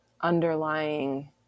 underlying